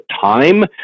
time